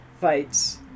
fights